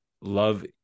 love